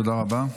תודה רבה.